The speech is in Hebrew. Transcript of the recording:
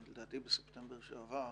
לדעתי, בספטמבר שעבר,